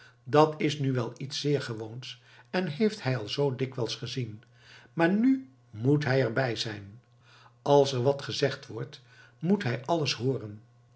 dat is nu wel iets zeer gewoons en heeft hij al zoo dikwijls gezien maar nu moet hij er bij zijn als er wat gezegd wordt moet hij alles hooren